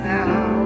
now